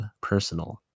personal